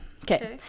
Okay